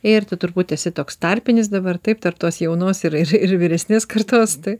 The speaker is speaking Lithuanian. ir tu turbūt esi toks tarpinis dabar taip tarp tos jaunos ir ir vyresnės kartos taip